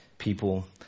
People